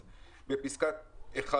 ; בפסקת משנה (ח),